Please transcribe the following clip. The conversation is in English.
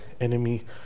enemy